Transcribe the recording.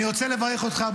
אני רוצה לברך אותך.